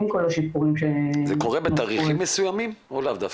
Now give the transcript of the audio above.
עם כל השיפורים --- זה קורה בתאריכים מסוימים או לאו דווקא?